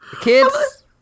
Kids